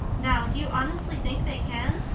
now, do you honestly think they can?